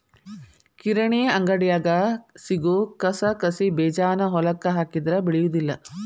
ಕಿರಾಣಿ ಅಂಗಡ್ಯಾಗ ಸಿಗು ಕಸಕಸಿಬೇಜಾನ ಹೊಲಕ್ಕ ಹಾಕಿದ್ರ ಬೆಳಿಯುದಿಲ್ಲಾ